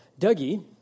Dougie